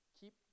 keep